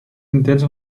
intents